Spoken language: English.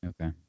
okay